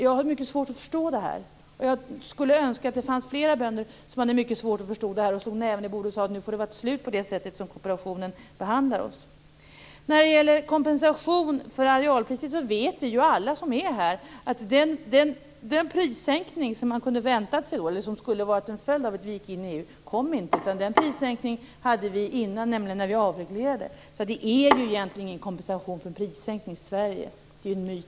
Jag har mycket svårt att förstå det. Jag skulle önska att det fanns fler bönder som hade mycket svårt att förstå det och slog näven i bordet och sade: Nu får det vara slut på det sättet som kooperationen behandlar oss. När det gäller kompensation för arealstöden vet vi alla som är här att den prissänkning som skulle vara en följd av att Sverige gick in i EU inte kom. Den prissänkningen hade vi innan, nämligen när vi avreglerade. Det är egentligen ingen kompensation för en prissänkning i Sverige. Det är en myt.